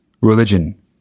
religion